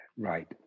Right